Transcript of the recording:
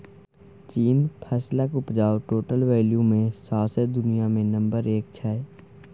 चीन फसलक उपजाक टोटल वैल्यू मे सौंसे दुनियाँ मे नंबर एक छै